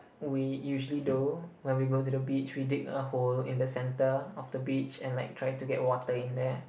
we usually do when we go to the beach we dig a hole in the center of the beach and like try to get water in there